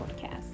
podcast